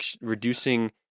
reducing